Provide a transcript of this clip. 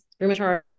rheumatoid